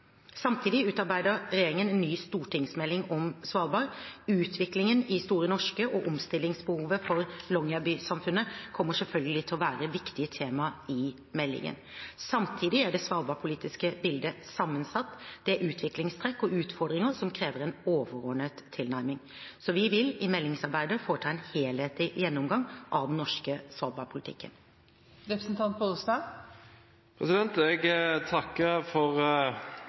Samtidig utarbeider regjeringen en ny stortingsmelding om Svalbard. Utviklingen i Store Norske og omstillingsbehovet for Longyearby-samfunnet kommer selvfølgelig til å være viktige temaer i meldingen. Samtidig er det svalbardpolitiske bildet sammensatt. Det er utviklingstrekk og utfordringer som krever en overordnet tilnærming. Vi vil i meldingsarbeidet foreta en helhetlig gjennomgang av den norske svalbardpolitikken. Jeg takker for